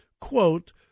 quote